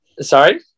Sorry